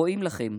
רואים לכם.